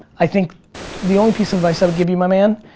i think the only piece of advice i would give you, my man,